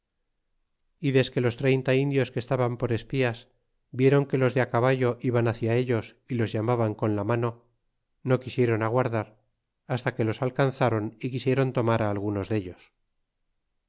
y desque los treinta indios que estaban por espías vieron que los de a caballo iban ácia ellos y los llamaban con larnano no quisieron aguardar hasta que los alcanzáron y quisieron tomará algunos dellos